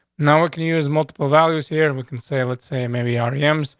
no one can use multiple values here. and we can say, let's say maybe rpm's.